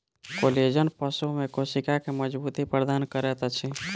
collagen पशु में कोशिका के मज़बूती प्रदान करैत अछि